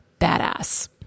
badass